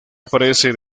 aparece